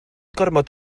gormod